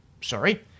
sorry